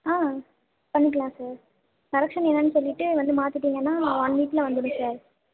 ஆ பண்ணிக்கலாம் sir correction என்னென்னு சொல்லிவிட்டு வந்து மாற்றிட்டீங்கனா ஒன் வீக்கில் வந்துவிடும் சார்